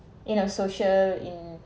in a social in